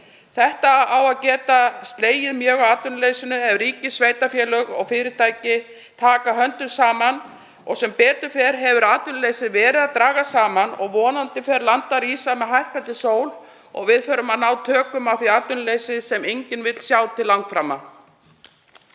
Þetta á að geta slegið mjög á atvinnuleysið ef ríki, sveitarfélög og fyrirtæki taka höndum saman. Sem betur fer hefur atvinnuleysið verið að dragast saman og vonandi fer landið að rísa með hækkandi sól og við förum að ná tökum á því atvinnuleysi sem enginn vill sjá til langframa.